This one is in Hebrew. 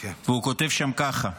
והוא כותב שם ככה: